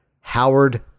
Howard